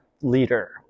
leader